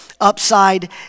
upside